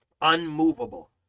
Unmovable